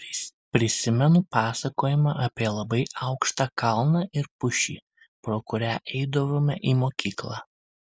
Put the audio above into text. prisimenu pasakojimą apie labai aukštą kalną ir pušį pro kurią eidavome į mokyklą